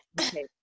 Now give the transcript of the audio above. Okay